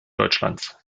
deutschlands